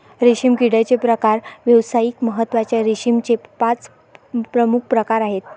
रेशीम किड्याचे प्रकार व्यावसायिक महत्त्वाच्या रेशीमचे पाच प्रमुख प्रकार आहेत